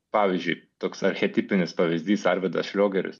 pavyzdžiui toks archetipinis pavyzdys arvydas šliogeris